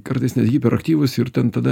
kartais net hiperaktyvūs ir ten tada